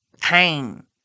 Pain